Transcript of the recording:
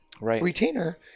retainer